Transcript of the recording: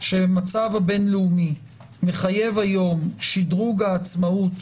שהמצב הבין-לאומי מחייב היום שדרוג העצמאות